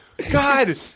God